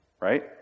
right